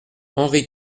henri